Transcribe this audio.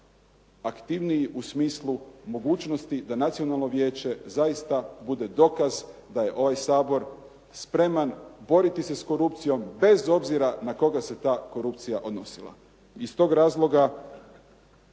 aktivniji u smislu mogućnosti da Nacionalno vijeće zaista bude dokaz da je ovaj Sabor spreman boriti se s korupcijom bez obzira na koga se ta korupcija odnosila. Iz tog razloga